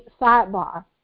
sidebar